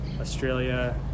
Australia